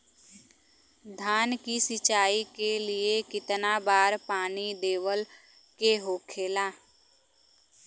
धान की सिंचाई के लिए कितना बार पानी देवल के होखेला?